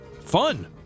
fun